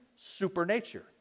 supernature